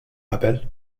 qabel